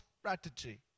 strategy